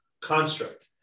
construct